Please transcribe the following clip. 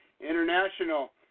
international